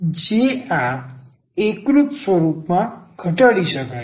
જે આ એકરૂપ સ્વરૂપમાં ઘટાડી શકાય છે